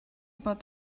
about